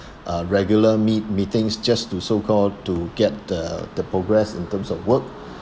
uh regular meet~ meetings just to so-called to get the the progress in terms of work